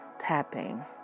tapping